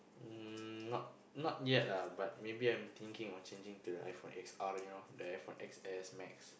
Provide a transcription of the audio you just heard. mm not not yet ah but maybe I'm thinking of changing to the iPhone-X_R you know the iPhone-X_S max